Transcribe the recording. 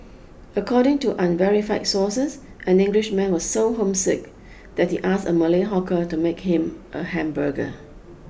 according to unverified sources an Englishman was so homesick that he asked a Malay hawker to make him a hamburger